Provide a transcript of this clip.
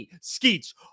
Skeets